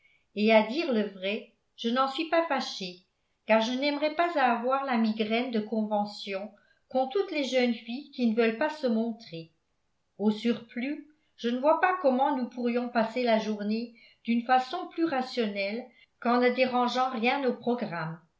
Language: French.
et à dire le vrai je n'en suis pas fâchée car je n'aimerais pas à avoir la migraine de convention qu'ont toutes les jeunes filles qui ne veulent pas se montrer au surplus je ne vois pas comment nous pourrions passer la journée d'une façon plus rationnelle qu'en ne dérangeant rien au programme